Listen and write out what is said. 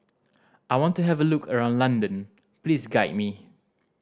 I want to have a look around London Please guide me